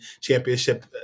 championship